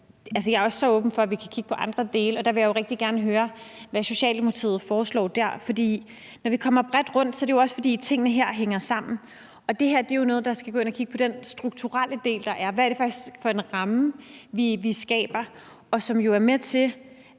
Jeg er også åben over for, at vi kan kigge på andre dele. Der vil jeg rigtig gerne høre hvad Socialdemokratiet foreslår, for når vi kommer bredt rundt, er det jo også, fordi tingene her hænger sammen. Og det her er jo noget, hvor man skal gå ind og kigge på den strukturelle del, der er. Hvad er det for en ramme, vi skaber, som jo er med til